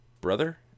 brother